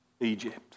Egypt